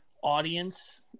audience